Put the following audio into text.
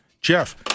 Jeff